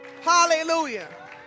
Hallelujah